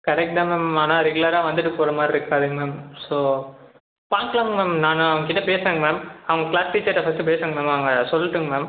correct தான் ma'am ஆனால் ரெகுலராக வந்துவிட்டு போறமாதிரி இருக்காதுங்க மேம் ஸோ பார்க்கலாங்க மேம் நான் அவங்கிட்ட பேசுறேங்க மேம் அவங்க க்ளாஸ் டீச்சர்கிட்ட ஃபர்ஸ்ட்டு பேசுறேங்க மேம் அவங்க சொல்லட்டும்ங்க மேம்